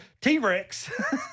T-Rex